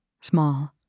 small